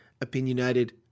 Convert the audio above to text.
opinionated